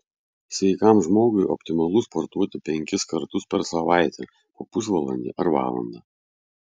sveikam žmogui optimalu sportuoti penkis kartus per savaitę po pusvalandį ar valandą